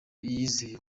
yizeye